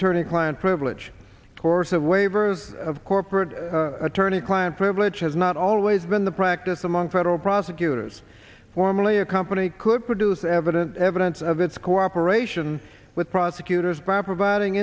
attorney client privilege course of waivers of corporate attorney client privilege has not always been the practice among federal prosecutors formally a company could produce evidence evidence of its cooperation with prosecutors by providing